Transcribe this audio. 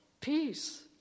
peace